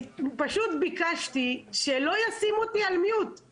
ביקשתי שלא ישימו אותי על מיוט.